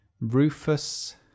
Rufus